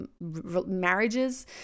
marriages